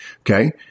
okay